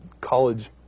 college